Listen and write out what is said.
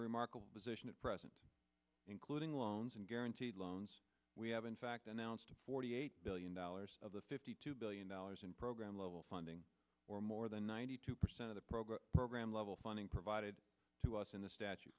a remarkable decision at present including loans and guaranteed loans we have in fact announced a forty eight billion dollars of the fifty two billion dollars in program level funding or more than ninety two percent of the program program level funding provided to us in the statue